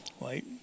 Right